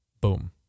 boom